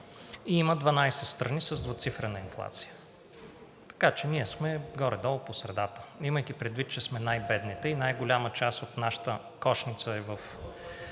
и има 12 страни с двуцифрена инфлация, така че ние сме горе-долу по средата. Имайки предвид, че сме най-бедните и най-голяма част от нашата кошница е в